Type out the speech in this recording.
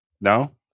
no